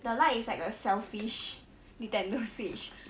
the lite is like a selfish Nintendo switch